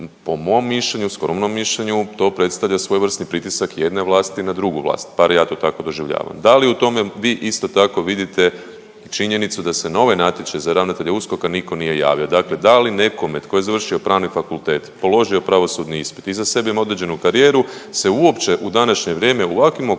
Po mom mišljenju, skromnom mišljenju to predstavlja svojevrsni pritisak jedne vlasti na drugu vlast bar ja to tako doživljavam. Da li u tome vi isto tako vidite činjenicu da se na ovaj natječaj za ravnatelja USKOK-a niko nije javio? Dakle, da li nekome tko je završio pravni fakultet, položio pravosudni ispit, za sebe ima određenu karijeru se uopće u današnje vrijeme u ovakvim okolnostima,